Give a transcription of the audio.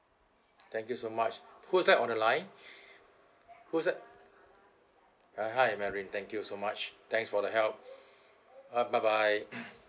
thank you so much who's that on the line who's that uh hi mary thank you so much thanks for the help uh bye bye